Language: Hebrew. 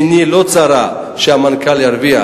עיני לא צרה שהמנכ"ל ירוויח,